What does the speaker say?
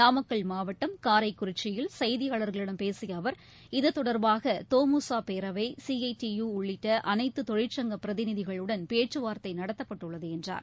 நாமக்கல் மாவட்டம் காரைக்குறிச்சியில் செய்தியாளர்களிடம் பேசிய அவர் இதுதொடர்பாக தொமுச பேரவை சிஐடியு உள்ளிட்ட அனைத்து தொழிற்சங்க பிரதிநிதிகளுடன் பேச்சுவார்த்தை நடத்தப்பட்டுள்ளது என்றார்